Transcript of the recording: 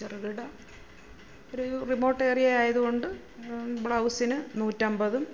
ചെറുകിട ഒരു remote area ആയതുകൊണ്ട് ബ്ലൗസിന് നൂറ്റമ്പതും